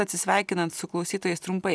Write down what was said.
atsisveikinant su klausytojais trumpai